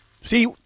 See